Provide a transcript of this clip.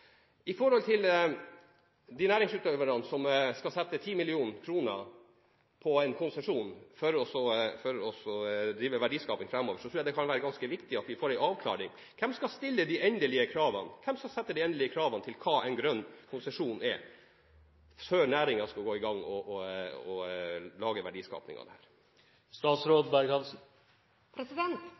de næringsutøverne som skal sette 10 mill. kr på en konsesjon for å drive verdiskaping framover, tror jeg det kan være ganske viktig at vi får en avklaring. Hvem skal stille de endelige kravene? Hvem skal sette de endelige kravene til hva en grønn konsesjon er – før næringen skal gå i gang og lage verdiskaping av dette? Det